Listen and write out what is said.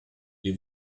les